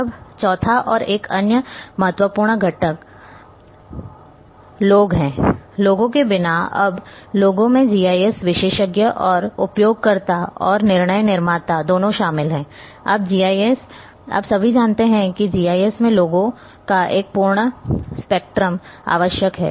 अब चौथा और एक अन्य महत्वपूर्ण घटक लोग हैं लोगों के बिना अब लोगों में जीआईएस विशेषज्ञ और उपयोगकर्ता और निर्णय निर्माता दोनों शामिल हैं आप सभी जानते हैं कि जीआईएस में लोगों का एक पूर्ण स्पेक्ट्रम आवश्यक है